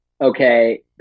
Okay